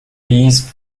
these